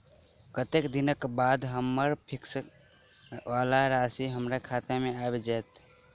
कत्तेक दिनक बाद हम्मर फिक्स वला राशि हमरा खाता मे आबि जैत?